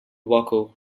waco